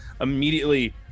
immediately